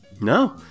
No